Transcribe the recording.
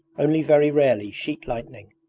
only very rarely sheet-lightning,